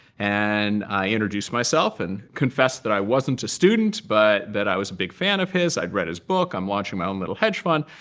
and i introduced myself and confessed that i wasn't a student but that i was a big fan of his. i'd read his book. i'm watching my own little hedge fund.